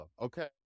Okay